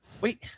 wait